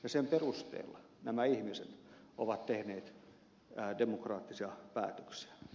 sen perusteella nämä ihmiset ovat tehneet demokraattisia päätöksiä